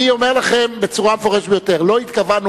אני אומר לכם בצורה המפורשת ביותר: לא התכוונו